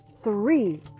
three